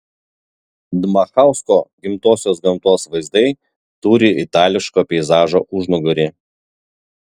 dmachausko gimtosios gamtos vaizdai turi itališko peizažo užnugarį